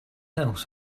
else